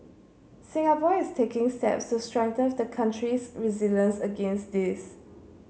Singapore is taking steps to strengthen the country's resilience against this